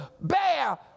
bear